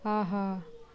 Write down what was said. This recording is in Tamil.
ஆஹா